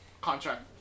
Contract